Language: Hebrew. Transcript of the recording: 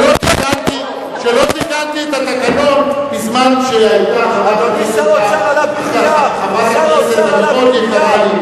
שלא תיקנתי את התקנון בזמן שהיתה חברת הכנסת רוחמה אברהם,